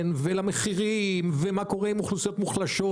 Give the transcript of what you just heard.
ולמחירים ומה קורה עם אוכלוסיות מוחלשות,